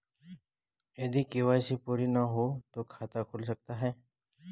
यदि के.वाई.सी पूरी ना हो तो खाता खुल सकता है?